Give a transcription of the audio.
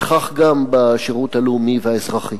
וכך גם בשירות הלאומי והאזרחי.